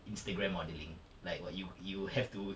Instagram modelling like what you you have to